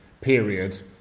period